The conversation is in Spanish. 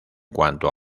cuanto